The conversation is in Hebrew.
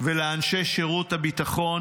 ולאנשי שירות הביטחון.